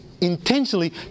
intentionally